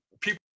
people